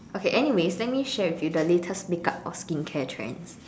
okay anyway let me share with you the latest makeup or skincare trend